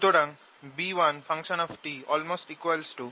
সুতরাং B1 l2τC2B0